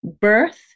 birth